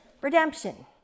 redemption